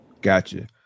Gotcha